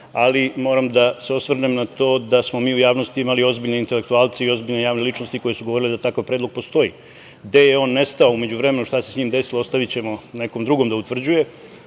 ali moram da se osvrnem na to da smo mi u javnosti imali ozbiljne intelektualce i ozbiljne javne ličnosti koje su govorile da takav predlog postoji. Gde je on nestao u međuvremenu, šta se sa njim desilo, ostavićemo nekom drugom da utvrđuje. Što